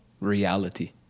reality